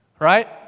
Right